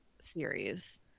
series